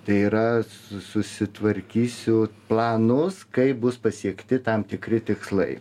tai yra su susitvarkysiu planus kaip bus pasiekti tam tikri tikslai